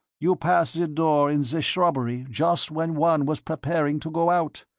you passed the door in the shrubbery just when juan was preparing to go out.